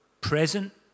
present